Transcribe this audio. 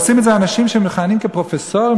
ועושים את זה אנשים שמכהנים כפרופסורים,